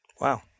Wow